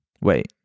Wait